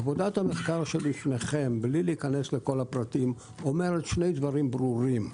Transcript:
עבודת המחקר שלפניכם בלי להיכנס לכל הפרטים אומרת שני דברים ברורים: